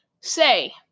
say